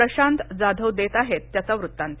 प्रशांत जाधव देत आहेत त्याचा वृत्तांत